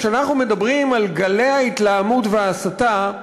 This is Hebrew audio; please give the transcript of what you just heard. כשאנחנו מדברים על גלי ההתלהמות וההסתה,